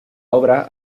obra